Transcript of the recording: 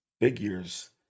figures